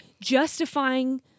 justifying